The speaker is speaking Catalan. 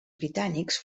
britànics